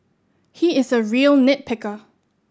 he is a real nit picker